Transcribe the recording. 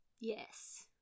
yes